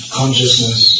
consciousness